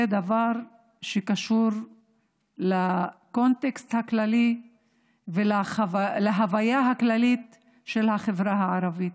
זה דבר שקשור לקונטקסט הכללי ולהוויה הכללית של החברה הערבית.